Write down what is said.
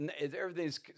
everything's